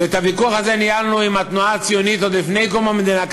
ואת הוויכוח הזה ניהלנו עם התנועה הציונית עוד לפני קום המדינה,